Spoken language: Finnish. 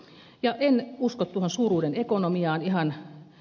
en ihan usko tuohon suuruuden ekonomiaan